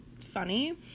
funny